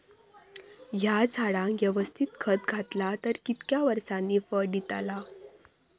हया झाडाक यवस्तित खत घातला तर कितक्या वरसांनी फळा दीताला?